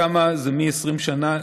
שם זה מ-20 שנה,